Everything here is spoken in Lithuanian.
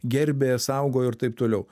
gerbė saugo ir taip toliau